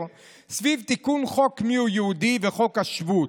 סביב תיקון חוק "מיהו יהודי" וחוק השבות.